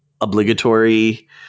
obligatory